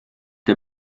der